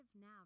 NOW